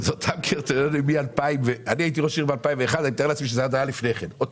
זאת אומרת, לפני כן היו